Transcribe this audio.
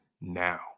now